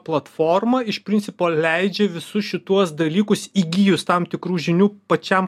platforma iš principo leidžia visus šituos dalykus įgijus tam tikrų žinių pačiam